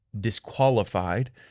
disqualified